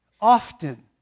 often